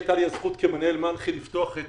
הייתה לי הזכות כמנהל מנח"י לפתוח את